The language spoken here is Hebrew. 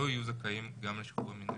לא יהיו זכאים גם לשחרור המינהלי.